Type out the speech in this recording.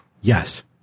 Yes